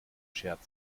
schert